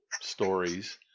stories